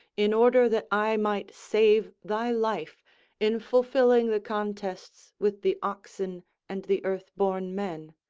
in order that i might save thy life in fulfilling the contests with the oxen and the earthborn men.